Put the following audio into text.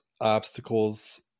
obstacles